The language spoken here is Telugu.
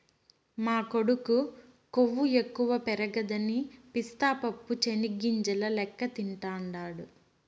మా కొడుకు కొవ్వు ఎక్కువ పెరగదని పిస్తా పప్పు చెనిగ్గింజల లెక్క తింటాండాడు